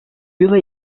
yıla